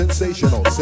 Sensational